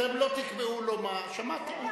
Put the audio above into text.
אתם לא תקבעו לו מה, שמעתם?